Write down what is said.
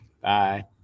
Bye